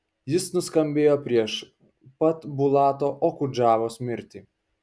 jis nuskambėjo prieš pat bulato okudžavos mirtį